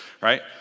right